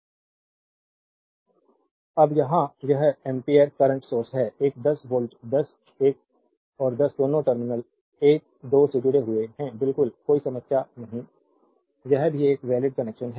slide time देखें 3134 अब यहाँ एक 5 एम्पीयर करंट सोर्स है एक 10 वोल्टेज 10 एक और 10 दोनों टर्मिनल 1 2 से जुड़े हुए हैं बिल्कुल कोई समस्या नहीं यह भी एक वैलिड कनेक्शन है